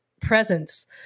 presence